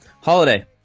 Holiday